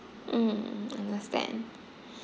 mm mm understand